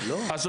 מחייב.